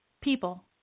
people